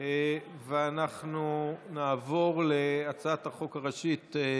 אנחנו נעבור להצעת החוק הראשית.